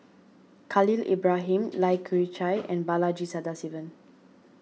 Khalil Ibrahim Lai Kew Chai and Balaji Sadasivan